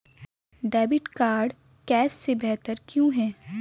Debit card cash से बेहतर क्यों है?